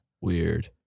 Weird